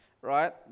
right